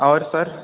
और सर